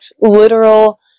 literal